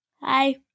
Hi